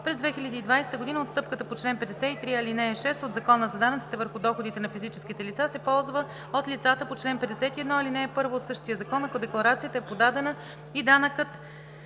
През 2020 г. отстъпката по чл. 53, ал. 6 от Закона за данъците върху доходите на физическите лица се ползва от лицата по чл. 51, ал. 1 от същия закон, ако декларацията е подадена и данъкът